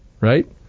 right